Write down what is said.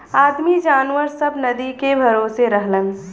आदमी जनावर सब नदी के भरोसे रहलन